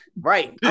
Right